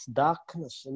darkness